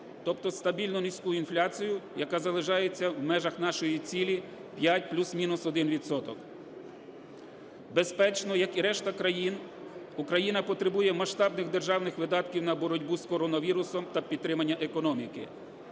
тобто стабільно низьку інфляцію, яка залишається в межах нашої цілі – 5 плюс-мінус 1 відсоток. Безперечно, як і решта країн Україна потребує масштабних державних видатків на боротьбу з коронавірусом та підтримання економіки,